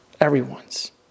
everyone's